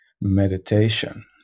meditation